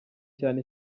cyane